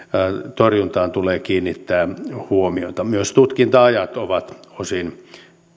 torjuntaan tulee kiinnittää huomiota myös tutkinta ajat ovat osin